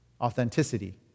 authenticity